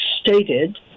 stated